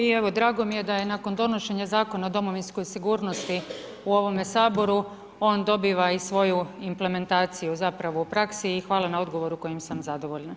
I evo, drago mi je da je nakon donošenja Zakona o domovinskoj sigurnosti u ovome Saboru, on dobiva i svoju implementaciju zapravo u praksi i hvala na odgovor kojim sam zadovoljna.